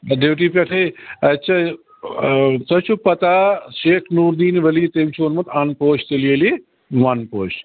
duty پیٹھٕے اَتہِ چھِ تۄہہِ چھُو پتہ شیخ نور دیٖن ولی تٔمۍ چھُ ووٚنمُت اَن پوش تیٚلہِ ییٚلہِ وَن پوشہِ